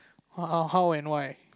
how how and why